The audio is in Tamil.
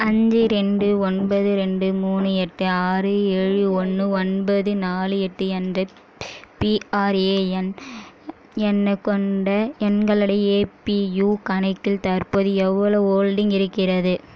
அஞ்சு ரெண்டு ஒன்பது ரெண்டு மூணு எட்டு ஆறு ஏழு ஒன்று ஒன்பது நாலு எட்டு என்ற பிஆர்ஏஎன் எண்ணு கொண்ட எங்களுடைய ஏபியூ கணக்கில் தற்போது எவ்வளவு ஹோல்டிங் இருக்கிறது